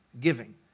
Giving